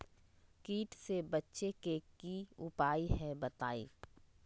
कीट से बचे के की उपाय हैं बताई?